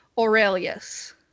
Aurelius